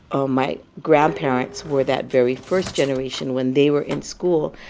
um my grandparents were that very first generation when they were in school,